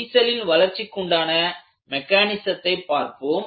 விரிசலின் வளர்ச்சிக்குண்டான மெக்கானிசத்தை பார்ப்போம்